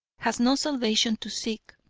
has no salvation to seek.